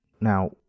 Now